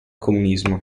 comunismo